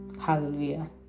hallelujah